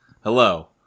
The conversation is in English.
Hello